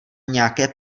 nějaké